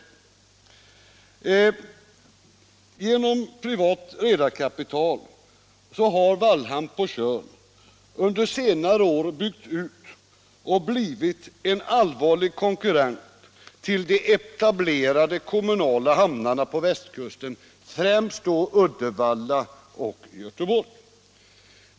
Om ett planerings Med privat redarkapital har Wallhamn på Tjörn under senare år byggts = system för det ut och blivit en allvarlig konkurrent till de etablerade kommunala ham = svenska hamnvänarna på västkusten, främst hamnarna i Uddevalla och Göteborg.